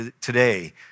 today